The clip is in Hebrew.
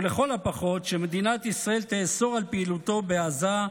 ולכל הפחות שמדינת ישראל תאסור על פעילותו בעזה,